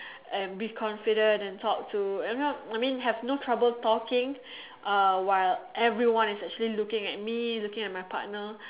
and be confident and talk to you know I mean have no trouble talking uh while everyone is actually looking at me looking at my partner